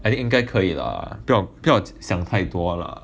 I think 应该可以 lah 不要不要想太多 lah